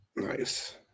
Nice